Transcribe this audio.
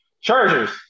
Chargers